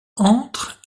entre